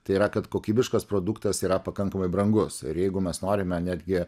tai yra kad kokybiškas produktas yra pakankamai brangus ir jeigu mes norime netgi